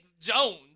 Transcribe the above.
Jones